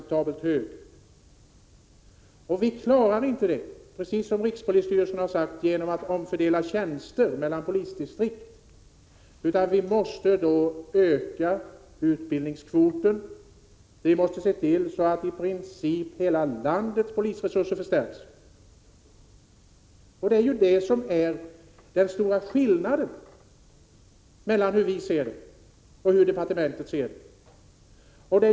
Precis som rikspolisstyrelsen har sagt klarar vi inte problemet genom att omfördela tjänster mellan polisdistrikt. Vi måste öka utbildningskvoten och se till att i princip hela landets polisresurser förstärks. Detta är ju den stora skillnaden mellan vårt och departementets synsätt.